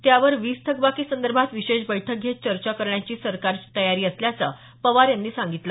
त्यावर वीज थकबाकी संदर्भात विशेष बैठक घेत चर्चा करण्याची सरकारची तयारी असल्याचं पवार यांनी सांगितलं